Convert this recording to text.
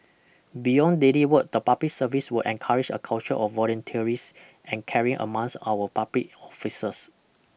beyond daily work the public service will encourage a culture of volunteerisms and caring among our public officers